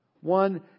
One